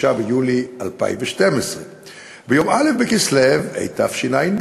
9 ביולי 2012. ביום א' בכסלו התשע"ד,